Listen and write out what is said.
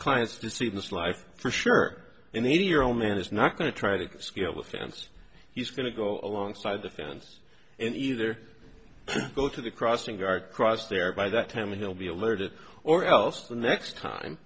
clients to see in this life for sure an eighty year old man is not going to try to scale a fence he's going to go along side the fence and either go to the crossing guard cross there by that time he'll be alerted or else the next time